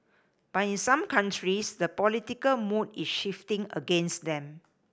but in some countries the political mood is shifting against them